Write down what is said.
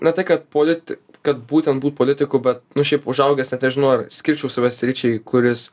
ne tai kad politi kad būtent būt politiku bet nu šiaip užaugęs net nežinau ar skirčiau save sričiai kuris